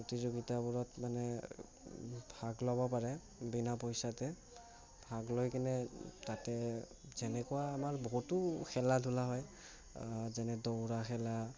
প্ৰতিযোগিতাবোৰত মানে ভাগ ল'ব পাৰে বিনা পইচাতে ভাগ লৈ কেনে তাতে যেনেকুৱা আমাৰ বহুতো খেল ধূলা হয় যেনে দৌৰা খেলা